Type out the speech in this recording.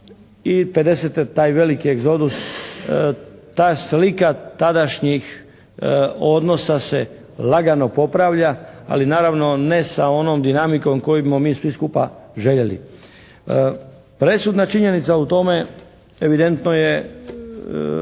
i 50-te taj veliki egzodus, ta slika tadašnjih odnosa se lagano popravlja, ali naravno ne sa onom dinamikom koju bi mi svi skupa željeli. Presudna činjenica u tome evidentno je